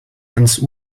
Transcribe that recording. ans